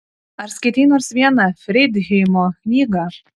ar skaitei nors vieną freidheimo knygą